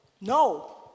No